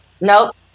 Nope